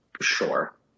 Sure